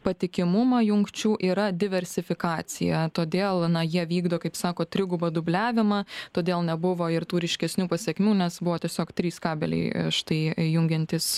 patikimumą jungčių yra diversifikacija todėl na jie vykdo kaip sako trigubą dubliavimą todėl nebuvo ir tų ryškesnių pasekmių nes buvo tiesiog trys kabeliai štai jungiantys